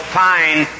fine